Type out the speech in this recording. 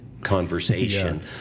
conversation